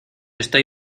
estoy